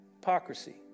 hypocrisy